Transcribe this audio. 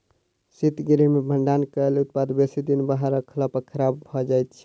शीतगृह मे भंडारण कयल उत्पाद बेसी दिन बाहर रखला पर खराब भ जाइत छै